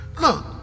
look